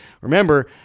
Remember